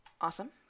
Awesome